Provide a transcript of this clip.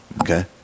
okay